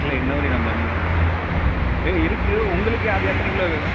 இல்லை இன்னி வரையும் நான் பாத் ஏங்க இருக்குது உங்களுக்கு அது எத்தனை கிலோ வேணும்